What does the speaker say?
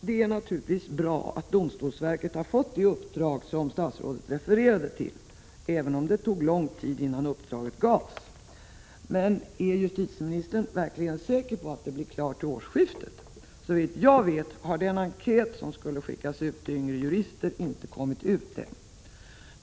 Det är naturligtvis bra att domstolsverket har fått det uppdrag som justitieministern refererar till — även om det tog lång tid innan uppdraget gavs. Men är justitieministern verkligen säker på att det blir klart till årsskiftet? Såvitt jag vet har en enkät som skall skickas ut till yngre jurister inte kommit ut än.